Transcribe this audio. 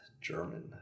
german